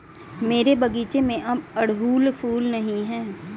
मेरे बगीचे में अब अड़हुल फूल नहीं हैं